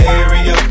area